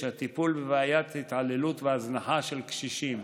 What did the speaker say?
הטיפול בבעיית ההתעללות וההזנחה של קשישים: